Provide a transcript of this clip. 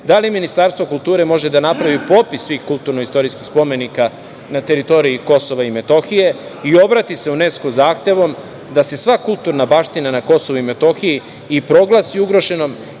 da li Ministarstvo kulture može da napravi popis svih kulturno-istorijskih spomenika na teritoriji KiM i obrati se UNESKO zahtevom da se sva kulturna baština na KiM i proglasi ugroženom